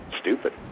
stupid